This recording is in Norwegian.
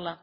arena